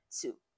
two